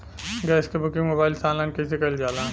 Gas क booking mobile से online कईसे कईल जाला?